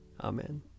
Amen